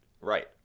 Right